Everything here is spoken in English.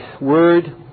word